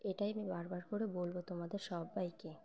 এটাই আমি বারবার করে বলবো তোমাদের সবাইকে